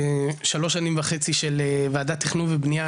ושלוש שנים וחצי של ועדת תכנון ובנייה,